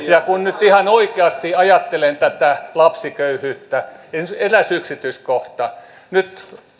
kun nyt ihan oikeasti ajattelen tätä lapsiköyhyyttä niin eräs yksityiskohta on se että nyt kun